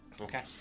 Okay